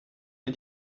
mir